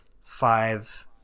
five